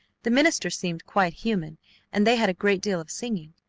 the minister seemed quite human and they had a great deal of singing.